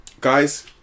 guys